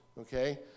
okay